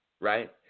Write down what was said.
right